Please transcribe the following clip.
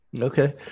Okay